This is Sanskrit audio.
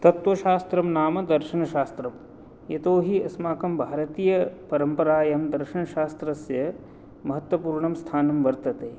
तत्त्वशास्त्रं नाम दर्शनशास्त्रं यतोहि अस्माकं भारतीयपरम्परायां दर्शनशास्त्रस्य महत्त्वपूर्णं स्थानं वर्तते